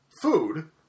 food